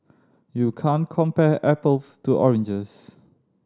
you can't compare apples to oranges